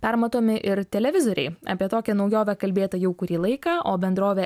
permatomi ir televizoriai apie tokią naujovę kalbėta jau kurį laiką o bendrovė